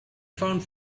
found